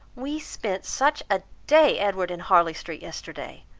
we spent such a day, edward, in harley street yesterday!